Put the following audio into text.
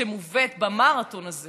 שמובאת במרתון הזה